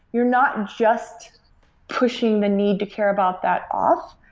you're not just pushing the need to care about that off.